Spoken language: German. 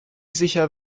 sicher